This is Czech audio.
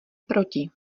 proti